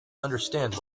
understand